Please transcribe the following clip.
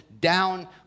down